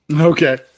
Okay